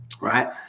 right